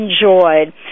enjoyed